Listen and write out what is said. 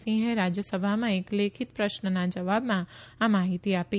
સીંહે રાજયસભામાં એક લેખિત પ્રશ્નના જવાબમાં આ માહિતી આપી